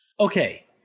Okay